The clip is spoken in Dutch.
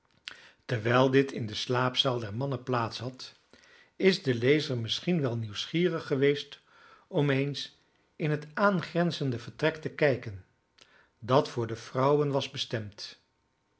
terwijl dit in de slaapzaal der mannen plaats had is de lezer misschien wel nieuwsgierig geweest om eens in het aangrenzende vertrek te kijken dat voor de vrouwen was bestemd